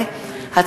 רוברט אילטוב,